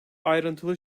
ayrıntılı